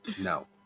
No